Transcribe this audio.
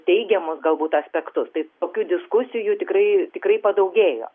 teigiamus galbūt aspektus taip tokių diskusijų tikrai tikrai padaugėjo